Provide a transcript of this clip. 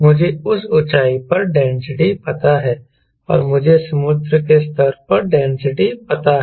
मुझे उस ऊंचाई पर डेंसिटी पता है और मुझे समुद्र के स्तर पर डेंसिटी पता है